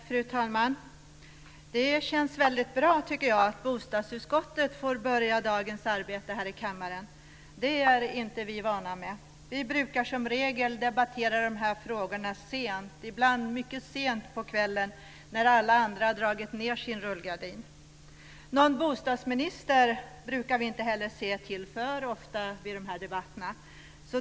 Fru talman! Det känns väldigt bra att bostadsutskottet får börja dagens arbete här i kammaren. Det är vi inte vana vid. Vi brukar, som regel, debattera dessa frågor sent - ibland mycket sent - på kvällen när alla andra har dragit ned sina rullgardiner. Någon bostadsminister brukar vi inte heller se alltför ofta i de här debatterna.